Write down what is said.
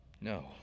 No